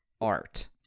art